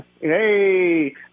Hey